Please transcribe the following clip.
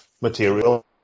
material